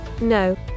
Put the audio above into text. no